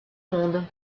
mondes